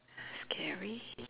scary